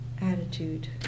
attitude